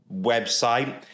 website